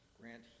Grant